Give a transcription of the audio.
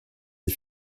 des